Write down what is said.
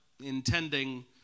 intending